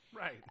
Right